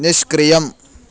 निष्क्रियम्